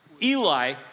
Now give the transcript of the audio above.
Eli